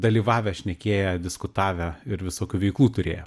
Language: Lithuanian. dalyvavę šnekėję diskutavę ir visokių veiklų turėję